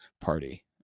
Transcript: party